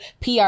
PR